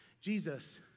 Jesus